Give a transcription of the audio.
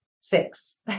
six